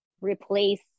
replace